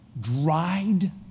dried